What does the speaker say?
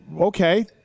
okay